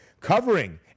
covering